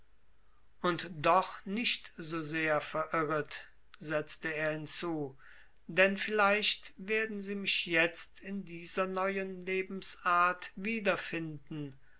und doch nicht so sehr verirret setzte er hinzu denn vielleicht werden sie mich jetzt in dieser neuen lebensart